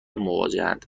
مواجهاند